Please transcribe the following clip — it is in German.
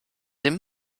den